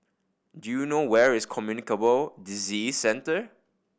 do you know where is Communicable Disease Center